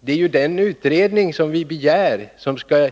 Det är ju den utredning vi begär som skall